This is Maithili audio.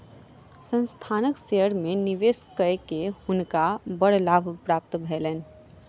संस्थानक शेयर में निवेश कय के हुनका बड़ लाभ प्राप्त भेलैन